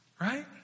Right